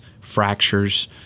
fractures